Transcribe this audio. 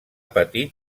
patit